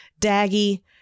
Daggy